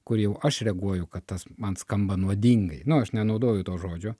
kur jau aš reaguoju kad tas man skamba nuodingai nu aš nenaudoju to žodžio